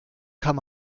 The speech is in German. kann